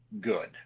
good